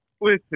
Listen